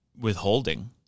withholding